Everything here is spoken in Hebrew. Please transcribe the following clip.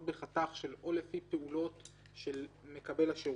בחתך של או לפי פעולות של מקבל השירות,